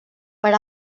per